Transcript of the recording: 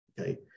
Okay